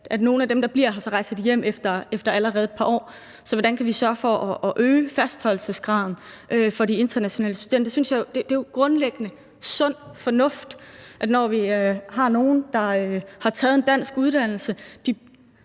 at nogle af dem, der bliver her, rejser hjem allerede efter et par år. Så hvordan kan vi øge fastholdelsesgraden for de internationale studenter? Det er jo grundlæggende sund fornuft, for dem, der har taget en dansk uddannelse,